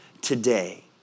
today